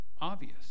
obvious